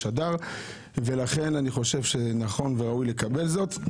אדר ולכן אני חושב שנכון וראוי לקבל זאת.